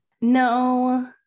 no